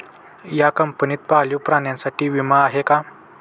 या कंपनीत पाळीव प्राण्यांसाठी विमा आहे का?